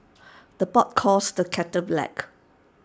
the pot calls the kettle black